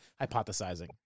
hypothesizing